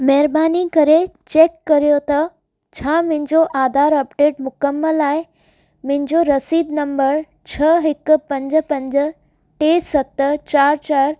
महिरबानी करे चेक करियो त छा मुहिंजो आधार अपडेट मुकमलु आहे मुहिंजो रसीदु नम्बर छ हिक पंज पंज टे सत चारि चारि